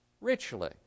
richly